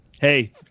Hey